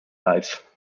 life